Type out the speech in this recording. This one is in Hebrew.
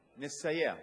נסייע.